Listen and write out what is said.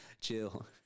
chill